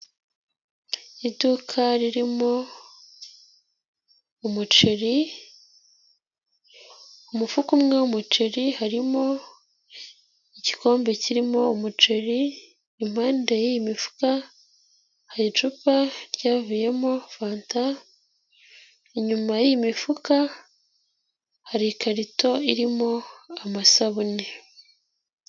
Iduka ririmo umuceri, umufuka umwe wumuceri, harimo igikombe kirimo umuceri, impande yiyi mifuka hari icupa ryavuyemo fanta, inyuma y'imifuka hari ikarito irimo amasabune.